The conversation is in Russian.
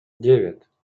девять